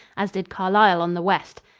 as did carlisle on the west.